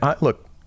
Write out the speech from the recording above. look